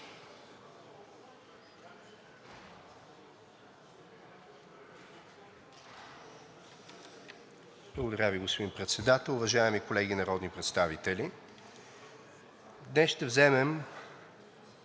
Благодаря Ви, господин Председател. Уважаеми колеги народни представители, днес ще вземем